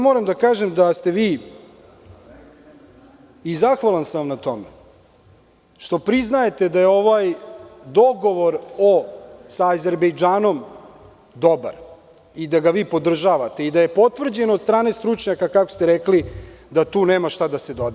Moram da kažem da ste vi, i zahvalan sam vam na tome što priznajete da je ovaj dogovor sa azerbejdžanom dobar i da ga vi podržavate i da je potvrđen od strane stručnjaka, kako ste rekli, i da tu nema šta da se doda.